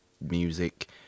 music